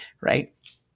right